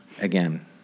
Again